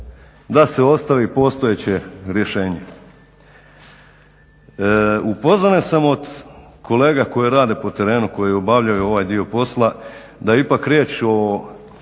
da se ostavi postojeće rješenje. Upozoren sam od kolega koji rade po terenu koji obavljaju ovaj dio posla da je ipak riječ o